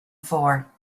for